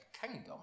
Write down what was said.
Kingdom